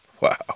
Wow